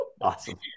awesome